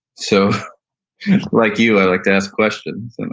so like you, i like to ask questions, and